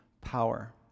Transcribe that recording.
power